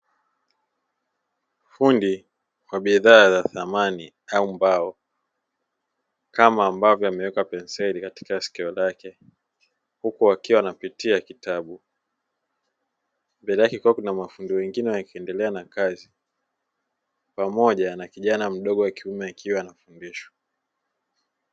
Fundi wa bidhaa za samani au mbao kama ambavyo ameweka penseli katika sikio lake huku akiwa anapitia kitabu, mbele yake kukiwa kuna mafundi wengine wakiendelea na kazi pamoja na kijana mdogo wa kiume akiwa anafundishwa.